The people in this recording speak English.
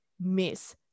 miss